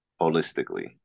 holistically